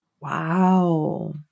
Wow